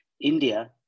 India